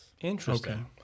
Interesting